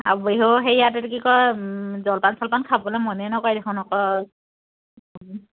আৰু বিহুৰ হেৰিয়াত এইটো কি কয় জলপান চলপান খাবলৈ মনেই নকৰে দেখোন অকল